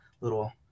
little